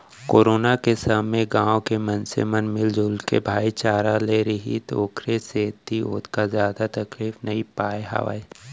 corona के समे गाँव के मनसे मन मिलजुल के भाईचारा ले रिहिस ओखरे सेती ओतका जादा तकलीफ नइ पाय हावय